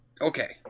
Okay